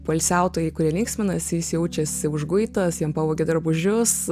poilsiautojai kurie linksminasi jis jaučiasi užguitas jam pavogė drabužius